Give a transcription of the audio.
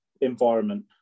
environment